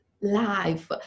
life